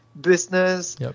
business